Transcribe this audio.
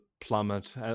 plummet